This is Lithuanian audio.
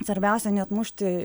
svarbiausia neatmušti